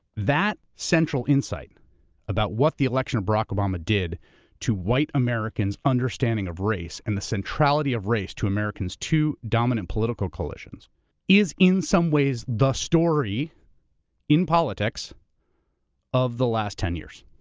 that central insight about what the election of barack obama did to white americans' understanding of race, and the centrality of race to americans' two dominant political coalitions is, in some ways, the story in politics of the last ten years.